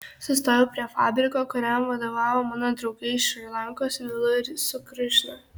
sustojau prie fabriko kuriam vadovavo mano draugai iš šri lankos vilu su krišna